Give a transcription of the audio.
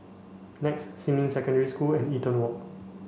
NEX Xinmin Secondary School and Eaton Walk